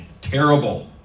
terrible